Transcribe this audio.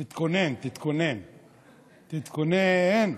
תתכונן, תתכונן, תתכונן.